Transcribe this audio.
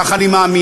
כך אני מאמין,